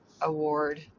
award